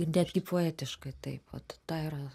netgi poetiškai taip vat ta yra